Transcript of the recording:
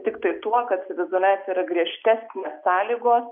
tiktai tuo kad saviizoliacija yra griežtesnė sąlygos